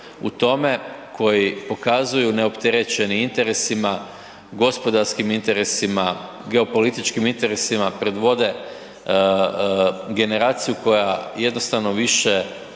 u tome koji pokazuju neopterećeni interesima, gospodarskim interesima, geopolitičkim interesima, predvode generaciju koja jednostavno više